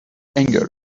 engel